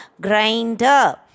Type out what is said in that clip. grinder